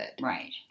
right